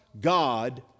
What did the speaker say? God